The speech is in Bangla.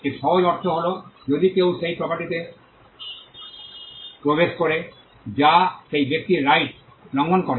এর সহজ অর্থ হল যদি কেউ সেই প্রপার্টিতে প্রবেশ করে যা সেই ব্যক্তির রাইট লঙ্ঘন করে